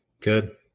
Good